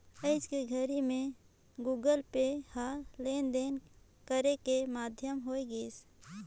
आयज के घरी मे गुगल पे ह लेन देन करे के माधियम होय गइसे